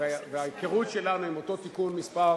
וההיכרות שלנו עם אותו תיקון מס'